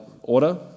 order